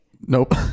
Nope